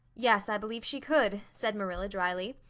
yes, i believe she could, said marilla dryly.